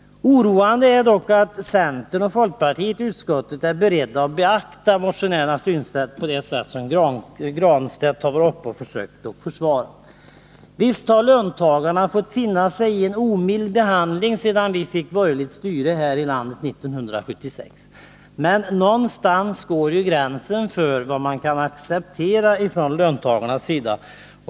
Oroande är dock att centern och folkpartiet i utskottet är beredda att beakta motionärernas synsätt, på det sätt Pär Granstedt varit uppe och försökt försvara. Visst har löntagarna fått finna sig i en omild behandling sedan vi fick borgerligt styre 1976. Men någonstans går gränsen för vad man kan acceptera.